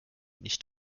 nicht